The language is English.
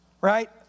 right